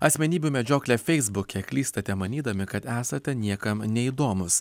asmenybių medžioklė feisbuke klystate manydami kad esate niekam neįdomūs